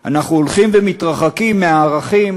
אנחנו הולכים ומתרחקים מהערכים